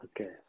okay